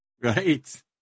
Right